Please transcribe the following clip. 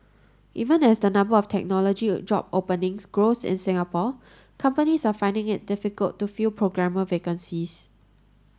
even as the number of technology job openings grows in Singapore companies are finding it difficult to fill programmer vacancies